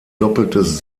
doppeltes